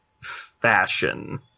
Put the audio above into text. fashion